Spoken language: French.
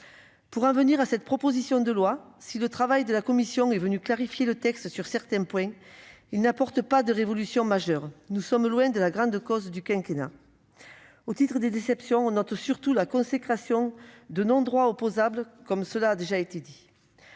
Pour en venir à cette proposition de loi, si le travail de la commission est venu clarifier le texte sur certains points, celui-ci n'apporte pas de révolution majeure : nous sommes loin de la grande cause du quinquennat ! Au titre des déceptions, on note surtout la consécration de droits non opposables, comme cela a déjà été dit.